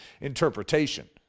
interpretation